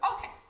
Okay